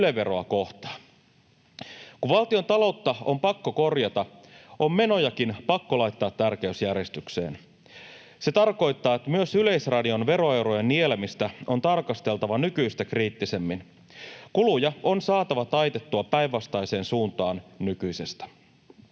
Yle-veroa kohtaan. Kun valtiontaloutta on pakko korjata, on menojakin pakko laittaa tärkeysjärjestykseen. Se tarkoittaa, että myös Yleisradion veroeurojen nielemistä on tarkasteltava nykyistä kriittisemmin. Kuluja on saatava taitettua päinvastaiseen suuntaan nykyisestä.